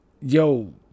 yo